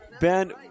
Ben